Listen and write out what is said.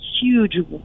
huge